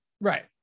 Right